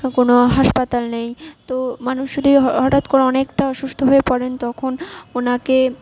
কোনো হাসপাতাল নেই তো মানুষ যদি হঠাৎ করে অনেকটা অসুস্থ হয়ে পড়েন তখন ওনাকে